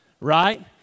right